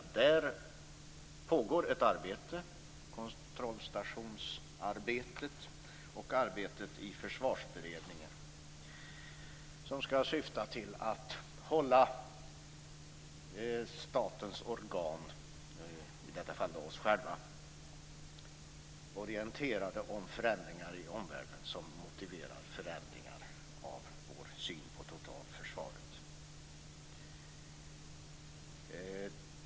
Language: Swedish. Arbete pågår, kontrollstationsarbetet och arbetet i försvarsberedningen som skall syfta till att hålla statens organ, i detta fall oss själva, orienterade om förändringar i omvärlden som motiverar förändringar av vår syn på totalförsvaret.